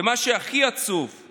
ומה שהכי עצוב הוא